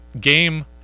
game